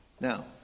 Now